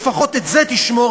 לפחות את זה תשמור,